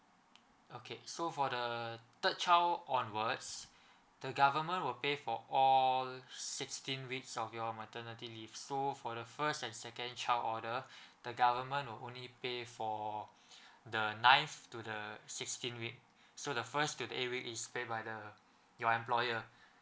okay so for the third child onwards the government will pay for all sixteen weeks of your maternity leave so for the first and second child order the government will only pay for the ninth to the sixteen weeks so the first to the eight week is paid by the your employer